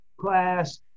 class